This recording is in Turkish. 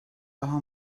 daha